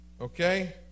okay